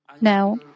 Now